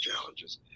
challenges